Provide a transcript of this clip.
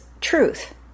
truth